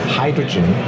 hydrogen